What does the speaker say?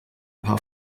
paar